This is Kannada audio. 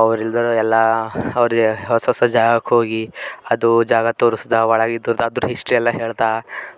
ಅವರಿಲ್ದಲ ಎಲ್ಲ ಅವರಿಗೆ ಹೊಸ ಹೊಸ ಜಾಗಕ್ಕೆ ಹೋಗಿ ಅದು ಜಾಗ ತೋರಿಸ್ದ ಒಳಗಿದ್ದದ್ ಅದ್ರ ಹಿಸ್ಟ್ರಿ ಎಲ್ಲ ಹೇಳ್ತಾ